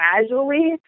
casually